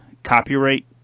copyright